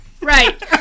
Right